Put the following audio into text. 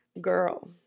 Girl